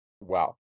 Wow